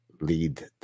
lead